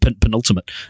penultimate